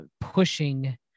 pushing